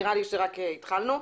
נראה לי שרק התחלנו.